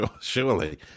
surely